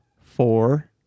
Four